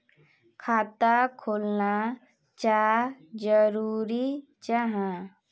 खाता खोलना चाँ जरुरी जाहा?